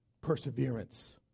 perseverance